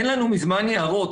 מזמן אין לנו יערות.